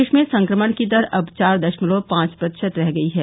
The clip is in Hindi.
देश में संक्रमण की दर अब चार दशमलव पांच प्रतिशत रह गई है